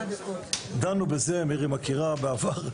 דנו בעבר, מירי מכירה,